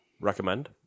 Recommend